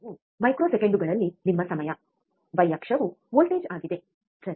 X ಅಕ್ಷವು ಮೈಕ್ರೊ ಸೆಕೆಂಡುಗಳಲ್ಲಿ ನಿಮ್ಮ ಸಮಯ ವೈ ಅಕ್ಷವು ವೋಲ್ಟೇಜ್ ಆಗಿದೆ ಸರಿ